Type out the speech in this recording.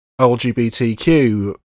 lgbtq